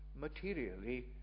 materially